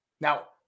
Now